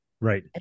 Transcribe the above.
Right